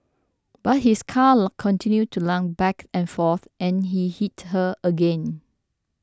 but his colour continued to lunge back and forth and he hit her again